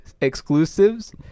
exclusives